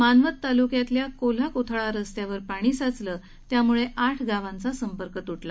मानवत तालुक्यातल्या कोल्हा कोथळा रस्त्यावर पाणी साचलं त्यामुळे आठ गावाचा संपर्क तुटला